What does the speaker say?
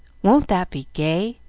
won't that be gay?